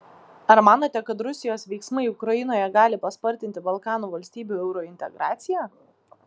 ar manote kad rusijos veiksmai ukrainoje gali paspartinti balkanų valstybių eurointegraciją